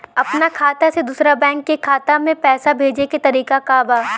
अपना खाता से दूसरा बैंक के खाता में पैसा भेजे के तरीका का बा?